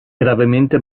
gravemente